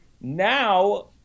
Now